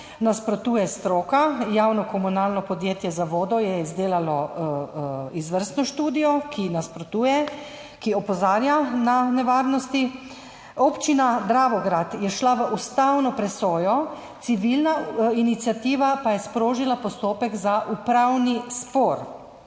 nasprotuje stroka. Javno komunalno podjetje za vodo je izdelalo izvrstno študijo, ki nasprotuje, ki opozarja na nevarnosti. Občina Dravograd je šla v ustavno presojo, civilna iniciativa pa je sprožila postopek za upravni spor.